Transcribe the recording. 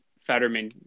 Fetterman